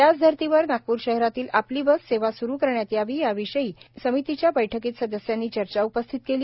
त्याच धर्तीवर नागपूर शहरातील आपली बस सेवा सूरू करण्यात यावी याविषयी समितीच्या बैठकीत सदस्यांनी चर्चा उपस्थित केली